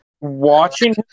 Watching